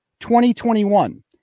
2021